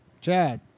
Chad